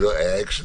היה אקשן?